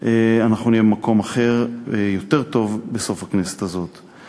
אנחנו נהיה במקום אחר, יותר טוב, בסוף הכנסת הזאת.